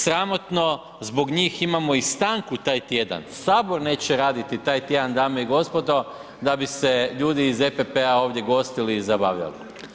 Sramotno, zbog njih imamo i stanku taj tjedan, Sabor neće raditi taj tjedan dame i gospodo da bi se ljudi iz EPP-a ovdje gostili i zabavljali.